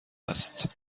است